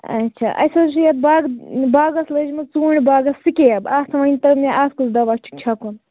اَچھا اَسہِ حظ چھُ یتھ باغَس باغس لٔجمٕژ ژوٗنٛٹھۍ باغَس سِکیپ اتھ ؤنۍتو مےٚ اَتھ کُس دَوا چھُ چھَکُن